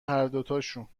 هردوتاشون